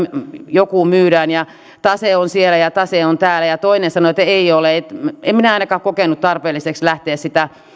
joku myydään ja tase on siellä ja tase on täällä ja toinen sanoi että ei ole en minä ainakaan kokenut tarpeelliseksi lähteä sitä